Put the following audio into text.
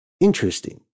interesting